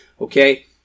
Okay